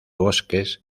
bosques